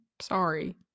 Sorry